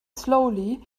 slowly